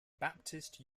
baptist